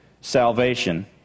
salvation